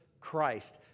Christ